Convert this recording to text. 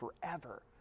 forever